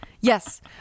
Yes